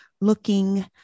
looking